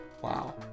Wow